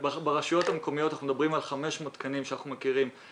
ברשויות המקומיות אנחנו מדברים על 500 תקנים לא מאוישים.